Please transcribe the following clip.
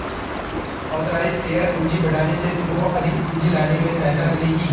authorised share पूंजी बढ़ाने से तुमको अधिक पूंजी लाने में सहायता मिलेगी